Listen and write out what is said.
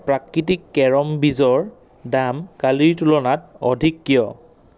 প্ৰাকৃতিক কেৰম বীজৰ দাম কালিৰ তুলনাত অধিক কিয়